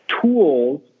tools